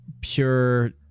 pure